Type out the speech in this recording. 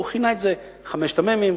הוא כינה את זה "חמשת המ"מים":